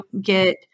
get